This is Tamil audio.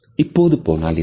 இப்போதே போனால் என்ன